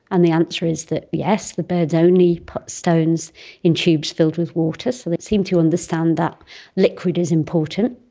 and the answer is that, yes, the birds only put stones in tubes filled with water, so they seem to understand that liquid is important.